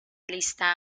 lista